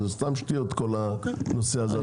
זה סתם שטויות, כל הנושא הזה.